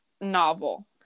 novel